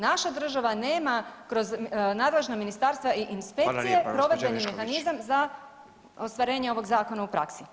Naša država nema kroz nadležna ministarstva i inspekcije provedbeni mehanizam [[Upadica: Hvala lijepa gospođo Orešković.]] za ostvarenje ovog zakona u praksi.